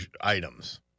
items